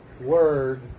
word